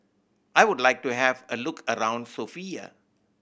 I would like to have a look around Sofia